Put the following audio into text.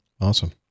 Awesome